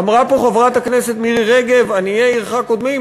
אמרה פה חברת הכנסת מירי רגב: עניי עירך קודמים.